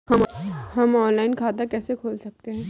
हम ऑनलाइन खाता कैसे खोल सकते हैं?